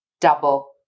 double